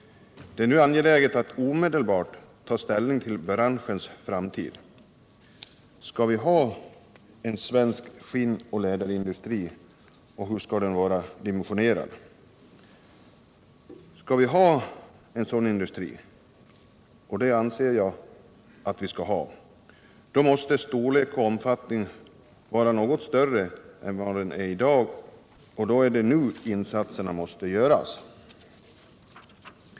Det är nu angeläget att omedelbart ta ställning till branschens framtid. Skall vi ha en svensk skinnoch läderindustri och hur skall den vara dimensionerad? Skall vi ha en sådan industri — och det anser jag att vi skall ha — då måste storlek och omfattning vara något större än i dag, och i så fall måste insatserna göras nu.